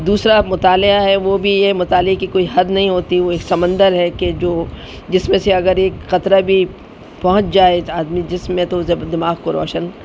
دوسرا مطالعہ ہے وہ بھی یہ مطالعے کی کوئی حد نہیں ہوتی وہ ایک سمندر ہے کہ جو جس میں سے اگر ایک خطرہ بھی پہنچ جائے آدمی جس میں تو دماغ کو روشن